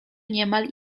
niemal